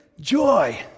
joy